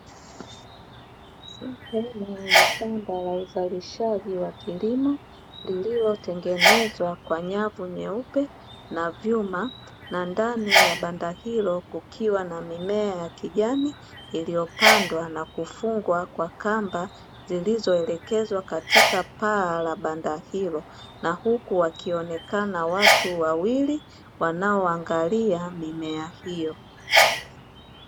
Sehemu ya banda la uzalishaji wa kilimo lililotengenezwa kwa nyavu nyeupe na vyuma, na ndani ya banda hilo kukiwa na mimea ya kijani iliyopandwa na kufungwa kwa kamba zilizoelekezwa katika paa la banda hilo. Na huku wakionekana watu wawili wanaoangalia mimea hiyo.